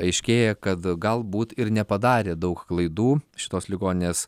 aiškėja kad galbūt ir nepadarė daug klaidų šitos ligoninės